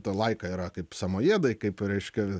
ta laika yra kaip samojedai kaip reiškia